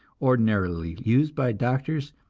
ordinarily used by doctors,